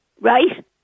Right